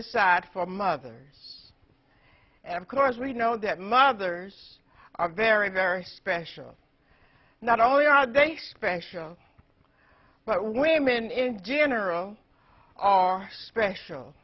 aside for mothers and of course we know that mothers are very very special not only are they special but women in general are special